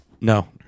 No